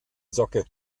socke